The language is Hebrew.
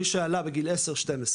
מי שעלה בגיל 10-12,